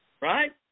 Right